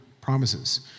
Promises